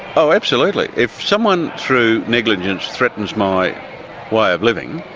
oh absolutely. if someone through negligence threatens my way of living,